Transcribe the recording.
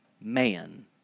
man